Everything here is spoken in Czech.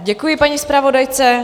Děkuji paní zpravodajce.